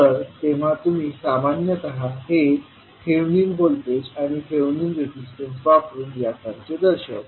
तर तेव्हा तुम्ही सामान्यतः हे थेव्हिनिन व्होल्टेज आणि थेव्हिनिन रेजिस्टन्स वापरून यासारखे दर्शवता